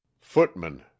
footman